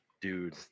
dude